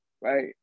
right